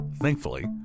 thankfully